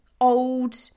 old